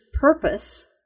purpose